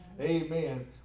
Amen